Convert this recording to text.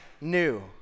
new